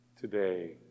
today